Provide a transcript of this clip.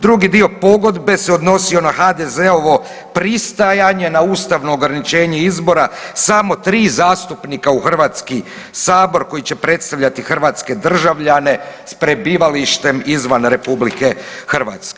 Drugi dio pogodbe se odnosio na HDZ-ovo pristajanje na ustavno ograničenje izbora samo 3 zastupnika u Hrvatski sabor koji će predstavljati hrvatske državljane s prebivalištem izvan RH.